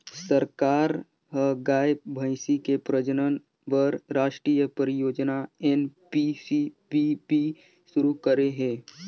सरकार ह गाय, भइसी के प्रजनन बर रास्टीय परियोजना एन.पी.सी.बी.बी सुरू करे हे